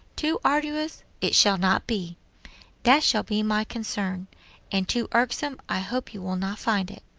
too arduous it shall not be that shall be my concern and too irksome i hope you will not find it.